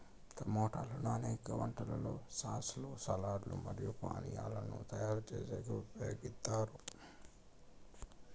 టమోటాలను అనేక వంటలలో సాస్ లు, సాలడ్ లు మరియు పానీయాలను తయారు చేసేకి ఉపయోగిత్తారు